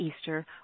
Easter